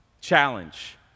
Challenge